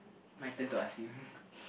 my turn to ask you